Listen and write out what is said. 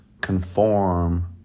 conform